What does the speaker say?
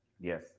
Yes